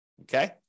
Okay